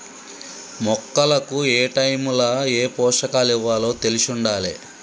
మొక్కలకు ఏటైముల ఏ పోషకాలివ్వాలో తెలిశుండాలే